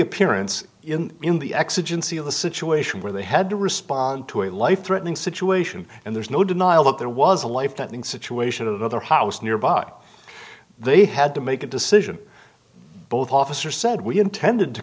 appearance in in the exigency of the situation where they had to respond to a life threatening situation and there's no denial that there was a life threatening situation of another house nearby they had to make a decision both officer said we intended to